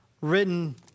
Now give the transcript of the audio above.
written